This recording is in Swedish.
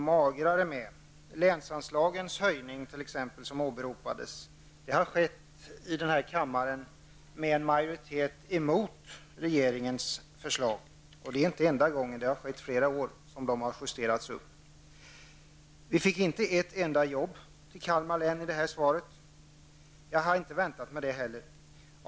Höjningen av länsanslagen t.ex. som åberopades, har skett i denna kammare genom en majoritet emot regeringens förslag, och det är inte enda gången. Det har inträffat flera år att de har justerats upp. Vi fick inte ett enda jobb till Kalmar län i det här svaret. Jag hade inte väntat mig det heller.